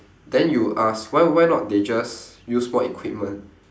then you'd ask why why not they just use more equipment